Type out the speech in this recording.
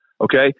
okay